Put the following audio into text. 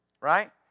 right